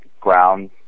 ground